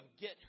get